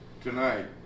tonight